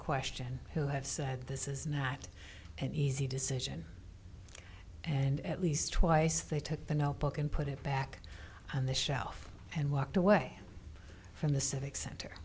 question who have said this is not an easy decision and at least twice they took the notebook and put it back on the shelf and walked away from the civic center